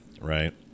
right